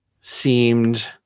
seemed